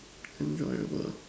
enjoyable